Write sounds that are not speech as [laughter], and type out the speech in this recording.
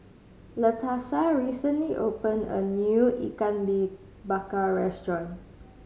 Latarsha recently opened a new ikan [unintelligible] bakar restaurant